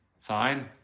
fine